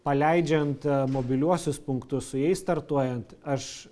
paleidžiant mobiliuosius punktus su jais startuojant aš